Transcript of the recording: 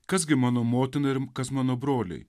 kas gi mano motina ir kas mano broliai